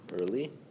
early